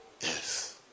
Yes